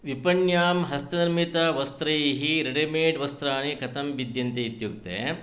विपण्यां हस्तनिर्मितवस्त्रैः रेडिमेड् वस्त्राणि कथं भिद्यन्ते इत्युक्ते